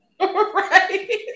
right